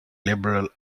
liberal